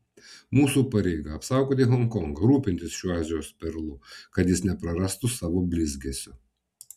mūsų pareiga apsaugoti honkongą rūpintis šiuo azijos perlu kad jis neprarastų savo blizgesio